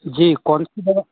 जी कौनसी बात